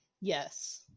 Yes